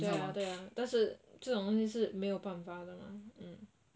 对啊对啊但是这种东西是没有办法的吗